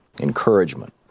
encouragement